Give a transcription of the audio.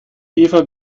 eva